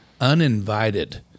uninvited